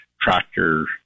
tractor